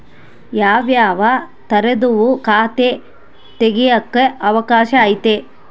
ಯಾವ್ಯಾವ ತರದುವು ಖಾತೆ ತೆಗೆಕ ಅವಕಾಶ ಐತೆ?